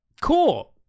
Cool